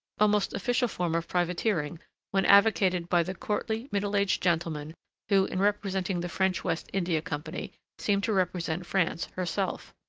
almost official form of privateering when advocated by the courtly, middle-aged gentleman who in representing the french west india company seemed to represent france herself.